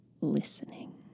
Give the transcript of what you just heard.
listening